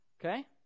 okay